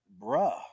bruh